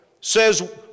says